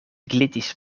glitis